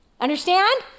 Understand